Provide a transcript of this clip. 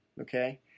okay